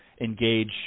engage